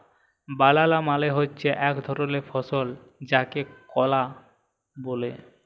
বালালা মালে হছে ইক ধরলের ফল যাকে কলা ব্যলে